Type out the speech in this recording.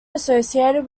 associated